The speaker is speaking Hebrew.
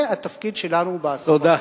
זה התפקיד שלנו בעשור הקרוב.